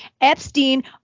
Epstein